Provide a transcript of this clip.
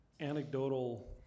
anecdotal